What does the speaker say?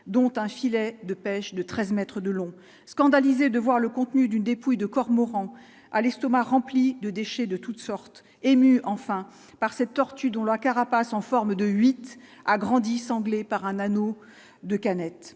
dont un filet de pêche de 13 mètres de long, scandalisé de voir le contenu d'une dépouille de cormorans à l'estomac rempli de déchets de toutes sortes, ému, enfin par cette tortue dont la carapace en forme de 8 semblait par un anneau de canettes,